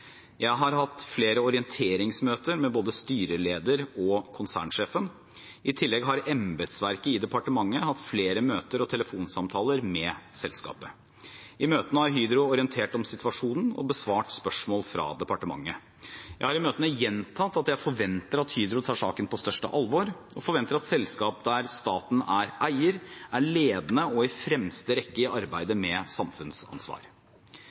Jeg har hatt flere orienteringsmøter med både styrelederen og konsernsjefen. I tillegg har embetsverket i departementet hatt flere møter og telefonsamtaler med selskapet. I møtene har Hydro orientert om situasjonen og besvart spørsmål fra departementet. Jeg har i møtene gjentatt at jeg forventer at Hydro tar saken på største alvor og forventer at selskap der staten er eier, er ledende og i fremste rekke i arbeidet med samfunnsansvar.